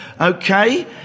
Okay